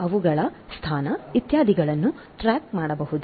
ಅವುಗಳ ಸ್ಥಾನ ಇತ್ಯಾದಿಗಳನ್ನು ಟ್ರ್ಯಾಕ್ ಮಾಡಬಹುದು